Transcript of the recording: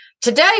Today